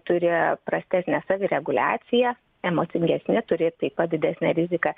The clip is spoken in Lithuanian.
turi prastesnę savireguliaciją emocingesni turi taip pat didesnę riziką